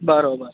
બરાબર